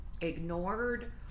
ignored